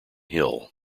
hill